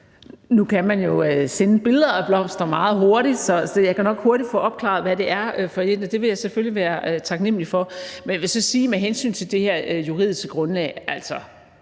Nu kan man jo sende billeder af blomster meget hurtigt, så jeg kan nok hurtigt få opklaret, hvad det er for en, og det vil jeg selvfølgelig være taknemlig for. Men jeg vil så sige med hensyn til det her juridiske grundlag: Altså,